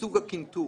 לסוג הקנטור